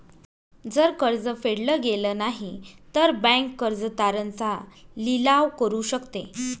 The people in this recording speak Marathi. जर कर्ज फेडल गेलं नाही, तर बँक कर्ज तारण चा लिलाव करू शकते